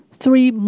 three